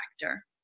factor